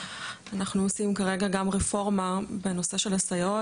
אנחנו גם עושים כרגע רפורמה בנושא של הסייעות,